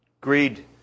Greed